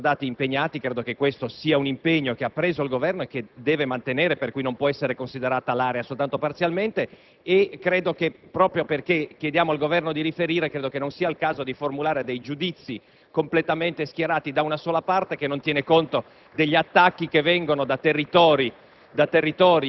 migliaia di nostri soldati. Penso che questo sia un impegno che il Governo ha preso e che deve mantenere, per cui non si può considerare l'area soltanto parzialmente. Proprio perché chiediamo al Governo di riferire, credo non sia il caso di formulare giudizi completamente schierati da una sola parte, che non tengono conto degli attacchi che vengono da territori